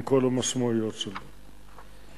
עם כל המשמעויות שלו.